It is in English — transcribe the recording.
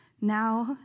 now